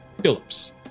Phillips